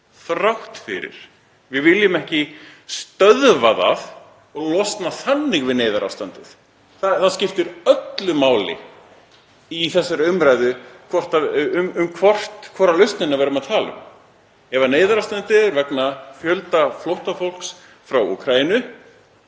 þrátt fyrir það. Við viljum ekki stöðva fólk og losna þannig við neyðarástandið. Það skiptir öllu máli í þessari umræðu hvora lausnina við erum að tala um. Ef neyðarástandið er vegna fjölda flóttafólks frá Úkraínu